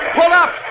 pull up